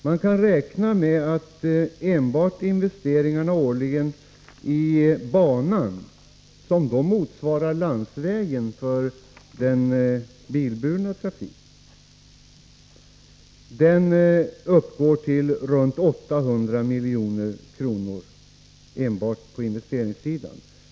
Man kan räkna med att kostnaderna för banor, som motsvarar landsvägen för den bilburna trafiken, uppgår till omkring 800 milj.kr. enbart på investeringssidan.